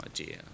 idea